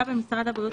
מידע14.